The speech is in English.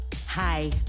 Hi